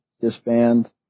disband